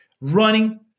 running